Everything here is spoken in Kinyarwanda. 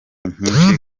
nyinshi